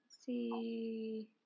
see